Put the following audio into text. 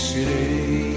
City